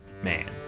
Man